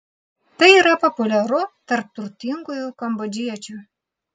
tai yra populiaru tarp turtingųjų kambodžiečiu